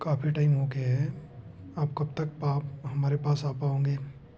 काफी टाइम हो गया है आप कब तक आप हमारे पास आ पाओगे